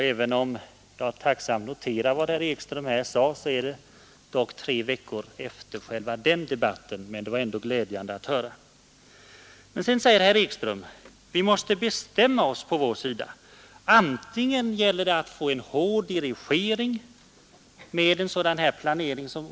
Även om jag tacksamt noterar vad herr Ekström sade, gör han det dock tre veckor efter det vi debatterade den frågan och herr Ekströms partivänner avslog förslaget om alternativa konjunkturprognoser. Men det är ändå glädjande att höra detta nu.